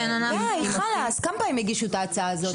די, חלאס, כמה פעמים הגישו את ההצעה הזאת?